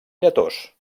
lletós